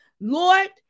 Lord